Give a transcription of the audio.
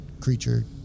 creature